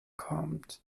kommt